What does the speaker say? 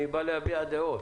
אני בא להביע דעות.